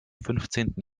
fünfzehnten